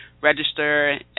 register